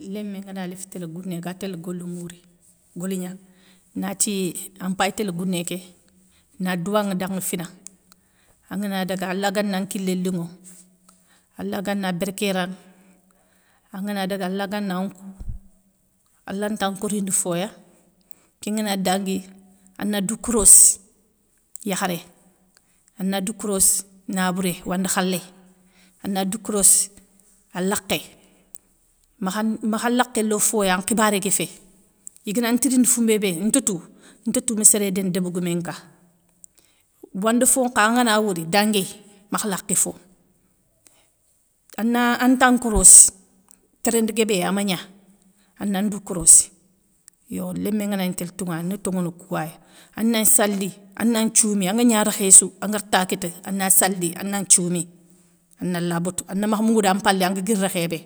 Lémé ngana léfi télé gouné ga télé goli mouri, goligna na ti ampay télé gouné ké na douwanŋa danŋa fina angana dada allah ganan nkié linŋo, allah gana berké rangŋa, angana daga allah gana nkou, allah nta nkori ndi fo ya ké nga na dangui ana dou korossi yakharé, ana dou korossi nabouré wanda khalé, ana dou korossi a lakhé, makhan makha lakhé lo foya an khibaré gui fé, igana ntirindi foumbé bé, ntoutou ntoutou mi séré déni débégoumé nka. Wanda fo nkha angana wori danguéy, makha lakhi fo, ana an ta nkorossi, térénde guébé a magna ana ndou korossi, yo lémé ngana gni télé tounŋa na toŋono kouway, ana sali anan nthioumi anga gna rékhé sou angari ta kita ana sali anan nthioumi, ananla botou anamakha mounguou dan mpalé anga guiri rékhé bé